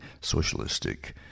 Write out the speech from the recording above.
socialistic